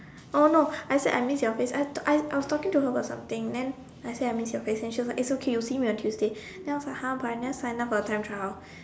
oh no I said I missed your face I I was talking to her about something then I said I miss your face and she was like it's okay you would see me on Tuesday then I was like !huh! but I never sign up for time trial